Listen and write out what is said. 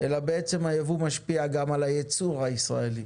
אלא גם על הייצור הישראלי.